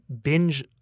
binge